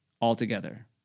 altogether